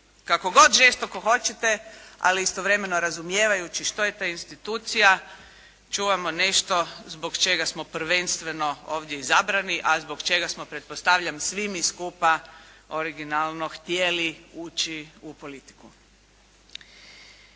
kako god žestoko hoćete, ali istovremeno razumijevajući što je ta institucija, čuvamo nešto zbog čega smo prvenstveno ovdje izabrani, a zbog čega smo pretpostavljam svi mi skupa originalno htjeli ući u politiku.